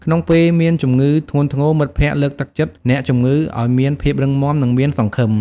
ក្នុងពេលមានជំងឺធ្ងន់ធ្ងរ មិត្តភ័ក្តិលើកទឹកចិត្តអ្នកជំងឺឲ្យមានភាពរឹងមាំ និងមានសង្ឃឹម។